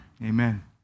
Amen